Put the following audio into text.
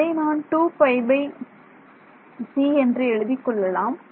அதை நான் 2πT என்று எழுதிக் கொள்ளலாம்